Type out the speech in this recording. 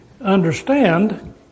understand